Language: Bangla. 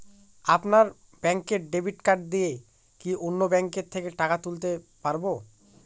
আপনার ব্যাংকের ডেবিট কার্ড দিয়ে কি অন্য ব্যাংকের থেকে টাকা তুলতে পারবো?